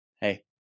hey